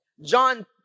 John